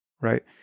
right